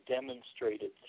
demonstrated